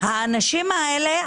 האנשים האלה,